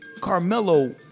Carmelo